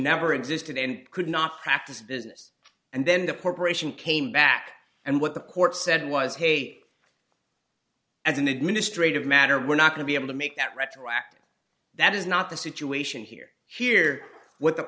never existed and could not practice business and then the corporation came back and what the court said was hate as an administrative matter we're not going to be able to make that retroactive that is not the situation here here what the